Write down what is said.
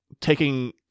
taking